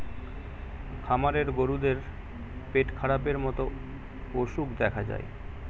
খামারের গরুদের পেটখারাপের মতো অসুখ দেখা যায়